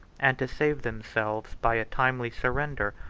and to save themselves, by a timely surrender,